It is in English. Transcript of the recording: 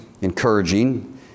encouraging